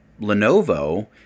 Lenovo